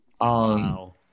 Wow